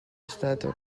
estàtua